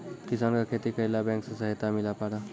किसान का खेती करेला बैंक से सहायता मिला पारा?